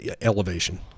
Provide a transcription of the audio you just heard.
elevation